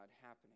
happening